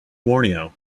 borneo